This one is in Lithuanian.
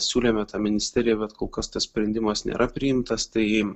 siūlėme tą ministerijai bet kol kas tas sprendimas nėra priimtas tai